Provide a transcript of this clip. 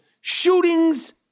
Shootings